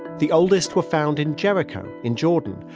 the oldest were found in jericho, in jordan,